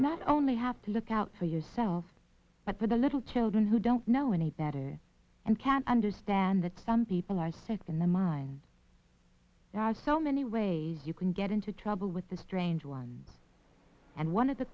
not only have to look out for yourself but for the little children who don't know any better and can understand that some people are sick in the mind there are so many ways you can get into trouble with the strange one and one